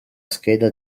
scheda